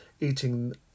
eating